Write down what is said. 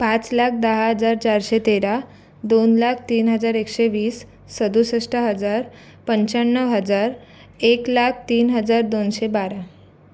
पाच लाख दहा हजार चारशे तेरा दोन लाख तीन हजार एकशे वीस सदुसष्ट हजार पंच्याण्णव हजार एक लाख तीन हजार दोनशे बारा